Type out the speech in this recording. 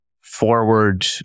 forward